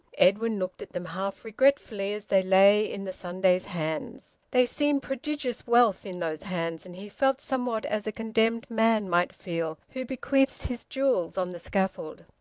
edwin looked at them half regretfully as they lay in the sunday's hands. they seemed prodigious wealth in those hands, and he felt somewhat as a condemned man might feel who bequeaths his jewels on the scaffold.